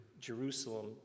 Jerusalem